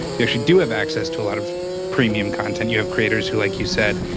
you actually do have access to a lot of premium content. you have creators who, like you said,